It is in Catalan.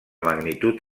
magnitud